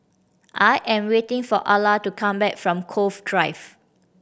I am waiting for Alla to come back from Cove Drive